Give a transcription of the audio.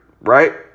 right